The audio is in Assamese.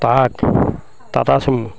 ট্ৰাক টাটাছুমু